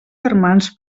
germans